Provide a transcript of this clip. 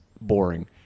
boring